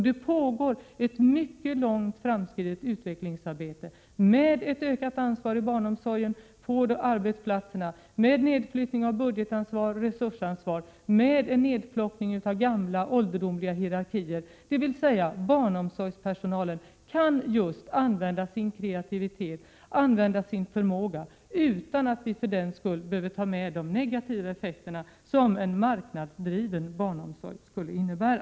Vi har ett mycket långt framskridet utvecklingsarbete med ett ökat ansvar på arbetsplatserna inom barnomsorgen, med nedflyttning av budgetansvar och resursansvar och med en ”nedplockning” av ålderdomliga hierarkier. Barnomsorgspersonalen kan således använda sin kreativitet och sin förmåga utan att vi för den skull behöver ta med de negativa effekter som en marknadsdriven barnomsorg skulle innebära.